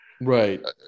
right